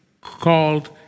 called